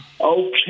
Okay